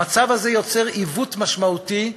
המצב הזה יוצר עיוות משמעותי,